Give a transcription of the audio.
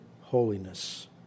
holiness